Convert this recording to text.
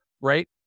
right